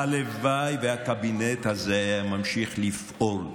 הלוואי שהקבינט הזה היה ממשיך לפעול.